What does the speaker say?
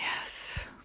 Yes